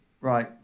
right